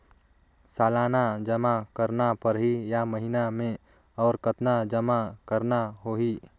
सालाना जमा करना परही या महीना मे और कतना जमा करना होहि?